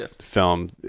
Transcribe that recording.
film